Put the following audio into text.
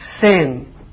sin